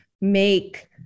make